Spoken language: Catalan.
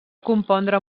compondre